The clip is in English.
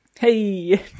Hey